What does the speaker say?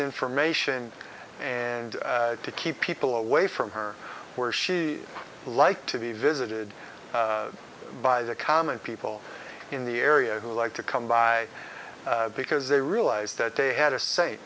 information and to keep people away from her where she liked to be visited by the common people in the area who like to come by because they realized that they had a sa